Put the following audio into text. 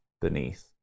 beneath